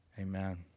Amen